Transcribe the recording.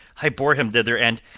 i bore him thither. and.